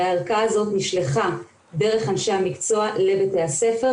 הערכה הזאת נשלחה דרך אשי המקצוע לבתי הספר,